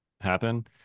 happen